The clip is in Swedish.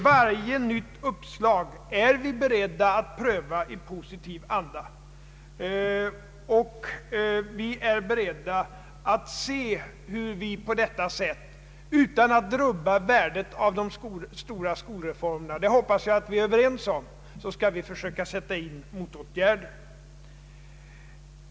Varje nytt uppslag är vi beredda att pröva i positiv anda, och utan att rubba värdet av de stora skolrefor merna — det hoppas jag vi är överens om — skall vi försöka sätta in motåtgärder.